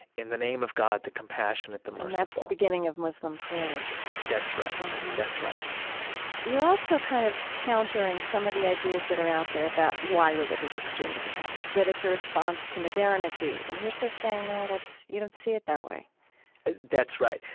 in the name of god, the compassionate, the merciful. and that's the beginning of muslim prayers that's right. that's right you're also kind of countering some of the ideas that are out there about why religious extremism happens, that it's a response to modernity. and you're sort of saying, no, you don't see it that way that's right.